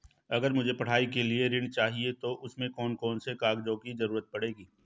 अगर मुझे पढ़ाई के लिए ऋण चाहिए तो उसमें कौन कौन से कागजों की जरूरत पड़ेगी?